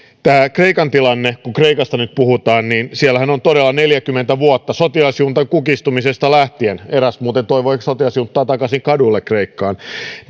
kreikan tilanne kun kreikasta nyt puhutaan niin siellähän on todella neljäkymmentä vuotta sotilasjuntan kukistumisesta lähtien eräs muuten toivoi sotilasjunttaa takaisin kaduille kreikkaan